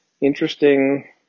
interesting